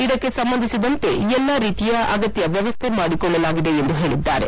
ಇದಕ್ಕೆ ಸಂಬಂಧಿಸಿದಂತೆ ಎಲ್ಲಾ ರೀತಿಯ ಅಗತ್ಯ ವ್ಯವಸ್ಥೆ ಮಾಡಿಕೊಳ್ಳಲಾಗಿದೆ ಎಂದು ಹೇಳಿದ್ದಾರೆ